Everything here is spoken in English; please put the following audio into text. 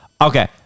Okay